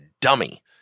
dummy